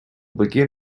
begin